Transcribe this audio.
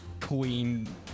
queen